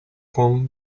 con